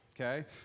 okay